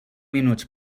minuts